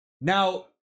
Now